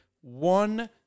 one